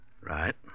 Right